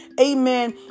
Amen